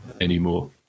anymore